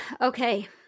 Okay